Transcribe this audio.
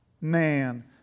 Man